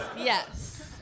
yes